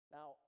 Now